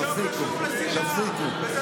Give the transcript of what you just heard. תפסיקו.